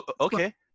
Okay